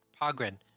Pogren